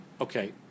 okay